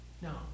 No